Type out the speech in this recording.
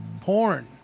Porn